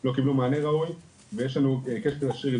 לא קיבלו מענה ראוי ויש לנו קשר ישיר עם